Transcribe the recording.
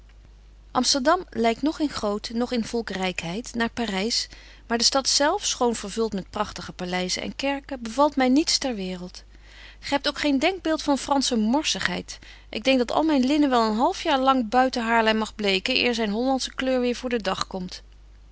amsterdam lykt noch in grootte noch in volkrykheid naar parys maar de stad zelf schoon vervult met prachtige paleizen en kerken bevalt my niets ter waereld gy hebt ook geen denkbeeld van fransche morssigheid ik denk dat al myn linnen wel een half jaar lang buiten haarlem mag bleken eer zyn hollandsche kleur weêr voor den dag komt